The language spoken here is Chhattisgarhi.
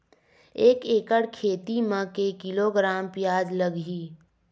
एक एकड़ खेती म के किलोग्राम प्याज लग ही?